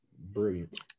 brilliant